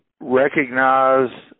recognize